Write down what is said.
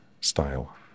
style